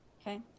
Okay